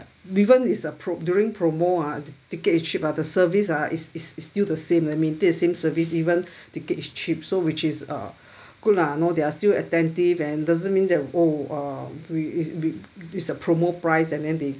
even it's a pro~ during promo ah ti~ ticket is cheap ah the service ah is is still the same maintain the same service even ticket is cheap so which is uh good lah know they are still attentive and doesn't mean that oh uh we isn't be it's a promo price and they